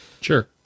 Sure